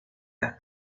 las